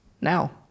now